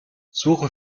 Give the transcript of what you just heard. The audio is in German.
suche